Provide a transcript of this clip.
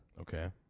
Okay